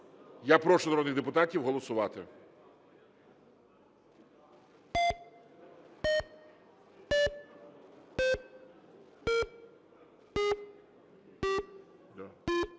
Я прошу народних депутатів голосувати.